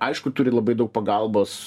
aišku turi labai daug pagalbos